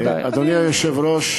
אדוני היושב-ראש,